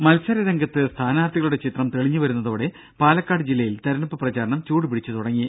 ദര മത്സര രംഗത്ത് സ്ഥാനാർത്ഥികളുടെ ചിത്രം തെളിഞ്ഞു വരുന്നതോടെ പാലക്കാട് ജില്ലയിൽ തെരഞ്ഞെടുപ്പ് പ്രചാരണം ചൂട് പിടിച്ചുതുടങ്ങി